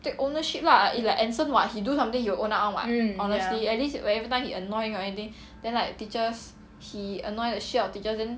take ownership lah it's like anson [what] he do something he will own up [one] [what] honestly at least when everytime he annoying or anything then like teachers he annoys the shit out of teachers then